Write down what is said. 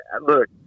look